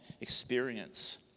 experience